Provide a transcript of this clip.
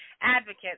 advocates